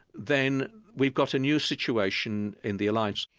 then we've got a new situation in the alliance.